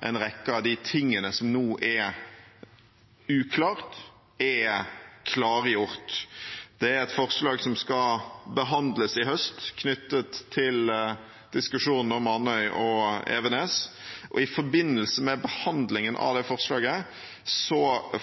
en rekke av det som nå er uklart, er klargjort. Det er et forslag som skal behandles i høst, knyttet til diskusjonen om Andøy og Evenes. I forbindelse med behandlingen av det forslaget